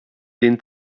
den